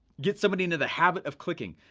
get somebody into the habit of clicking.